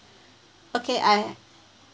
okay I